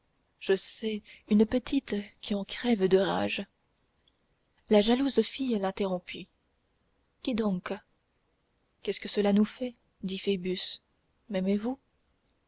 je sais une petite qui en crève de rage la jalouse fille l'interrompit qui donc qu'est-ce que cela nous fait dit